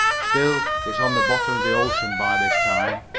still, it's on the bottom of the ocean by this time.